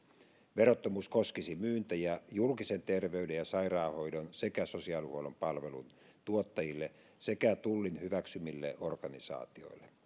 verottomuus koskisi myyntejä julkisen terveyden ja sairaanhoidon sekä sosiaalihuollon palvelun tuottajille sekä tullin hyväksymille organisaatioille